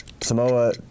Samoa